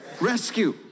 Rescue